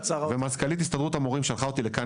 ומזכ"לית הסתדרות המורים שלחה אותי לכאן